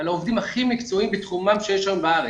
על עובדים הכי מקצועיים בתחומם שיש היום בארץ.